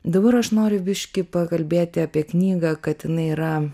dabar aš noriu biškį pakalbėti apie knygą kad jinai yra